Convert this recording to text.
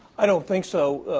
i don't think so ah.